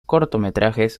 cortometrajes